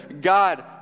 God